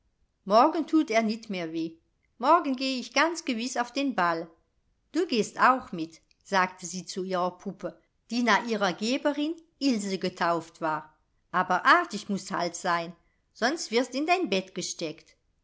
morgen thut er nit mehr weh morgen geh ich ganz gewiß auf den ball du gehst auch mit sagte sie zu ihrer puppe die nach ihrer geberin ilse getauft war aber artig mußt halt sein sonst wirst in dein bett gesteckt